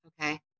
Okay